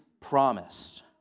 promised